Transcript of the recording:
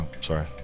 Sorry